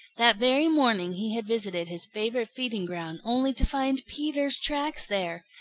that very morning he had visited his favorite feeding ground, only to find peter's tracks there.